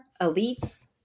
elites